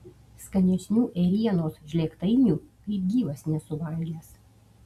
skanesnių ėrienos žlėgtainių kaip gyvas nesu valgęs